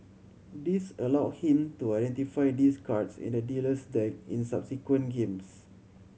this allowed him to identify these cards in the dealer's deck in subsequent games